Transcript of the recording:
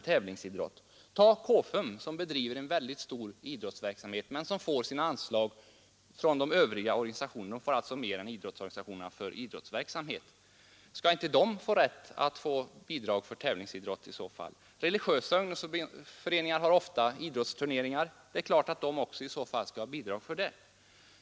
Ta KFUM som bedriver en omfattande idrottsverksamhet men som får sina pengar över de övriga ungdomsorganisationernas anslag; KFUM får alltså mer än idrottsorganisationerna för idrottsverksamhet. Skall inte KFUM i så fall få rätt till bidrag för tävlingsidrott om nu normerna skulle ändras? Religiösa ungdomsföreningar har ofta idrottsturneringar. Det är klart att de också i så fall skall ha bidrag för det.